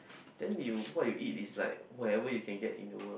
then you what you eat is like whatever you can get in the world